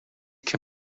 can